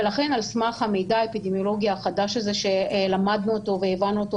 ולכן על סמך המידע האפידמיולוגי החדש הזה שלמדנו אותו והבנו אותו